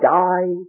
die